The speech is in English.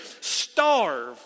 starve